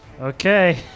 Okay